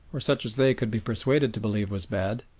or such as they could be persuaded to believe was bad,